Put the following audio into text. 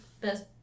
best